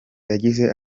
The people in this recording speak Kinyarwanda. yagize